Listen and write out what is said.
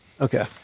Okay